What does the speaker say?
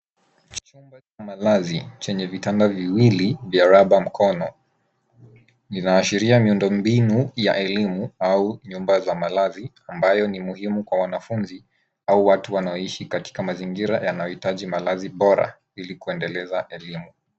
Chumba cha malazi chenye vitanda viwili vya raba mkono vinaashiria miundo mbinu ya elimu au nyumba za malazi, ambayo ni muhimu kwa wanafunzi au watu wanaoishi katika mazingira yanayohitaji malazi bora ili kuendeleza elimu.